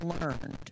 learned